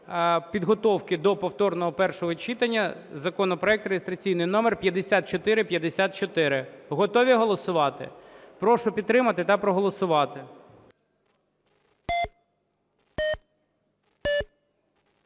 підготовки до повторного першого читання законопроекту (реєстраційний номер 5454). Готові голосувати? Прошу підтримати та проголосувати.